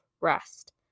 rest